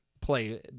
play